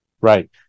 Right